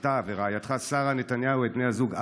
אתה ורעייתך שרה נתניהו, את בני הזוג אלוביץ'